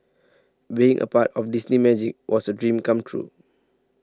being a part of Disney Magic was a dream come true